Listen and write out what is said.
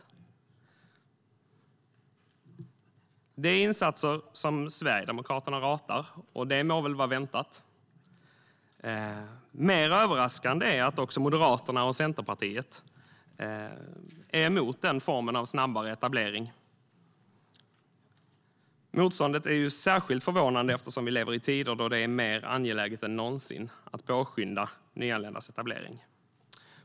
Det här är insatser som Sverigedemokraterna ratar. Det må väl vara väntat. Mer överraskande är att också Moderaterna och Centerpartiet är emot denna form av snabbare etablering. Motståndet är särskilt förvånande eftersom vi lever i tider då det är mer angeläget än någonsin att påskynda nyanländas etablering.